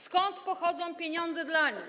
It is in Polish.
Skąd pochodzą pieniądze dla nich?